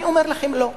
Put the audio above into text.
אני אומר לכם: לא.